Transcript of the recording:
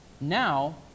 now